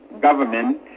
government